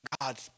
God